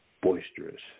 boisterous